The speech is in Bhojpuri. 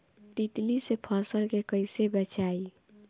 तितली से फसल के कइसे बचाई?